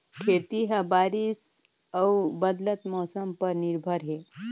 खेती ह बारिश अऊ बदलत मौसम पर निर्भर हे